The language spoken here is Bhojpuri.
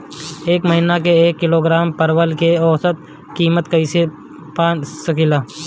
एक महिना के एक किलोग्राम परवल के औसत किमत कइसे पा सकिला?